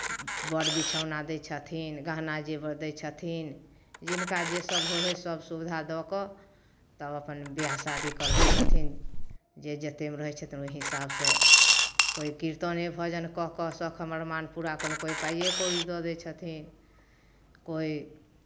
बर बिछौना दै छथिन गहना जेवर दै छथिन जिनका जेसभ होइ हइ सभ सुविधा दऽ कऽ तब अपन बियाह शादी करबै छथिन जे जतेकमे रहै छथिन ओही हिसाबसँ कोइ कीर्तने भजन कऽ कऽ शौख अरमान पूरा कयलहुँ कोइ पाइए कौड़ी दऽ दै छथिन कोइ